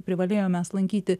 privalėjom mes lankyti